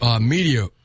media